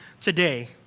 today